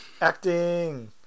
Acting